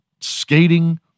Skating